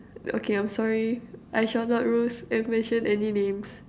okay I'm sorry I shall not roast and mention any names